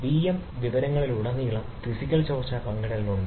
VM വിവരങ്ങളിലുടനീളം physical ചോർച്ച പങ്കിടൽ ഉണ്ട്